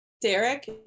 derek